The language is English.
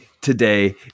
today